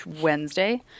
Wednesday